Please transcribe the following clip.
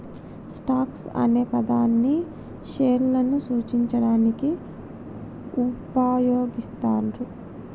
stocks అనే పదాన్ని షేర్లను సూచించడానికి వుపయోగిత్తండ్రు